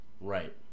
Right